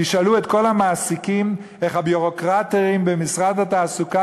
תשאלו את כל המעסיקים איך הביורוקרטים במשרד התעסוקה